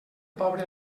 pobre